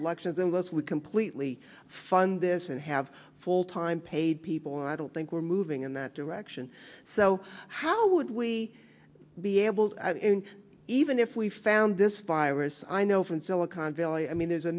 elections unless we completely fund this and have full time paid people i don't think we're moving in that direction so how would we be able even if we found this virus i know from silicon valley i mean there's a